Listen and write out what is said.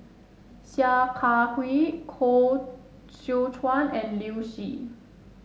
Sia Kah Hui Koh Seow Chuan and Liu Si